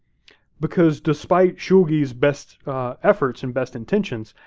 because despite shulgi's best efforts and best intentions,